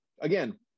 Again